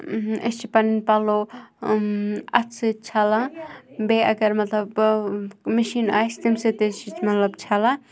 أسۍ چھِ پَنٕںۍ پَلو اَتھٕ سۭتۍ چھَلان بیٚیہِ اگر مطلب مِشیٖن آسہِ تمہِ سۭتۍ تہِ چھِ مطلب چھَلان